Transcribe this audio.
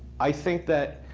i think that,